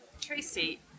Tracy